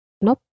Nope